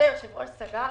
סגרנו.